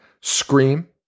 Scream